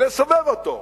ולסובב אותה.